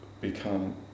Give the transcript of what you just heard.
become